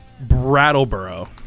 brattleboro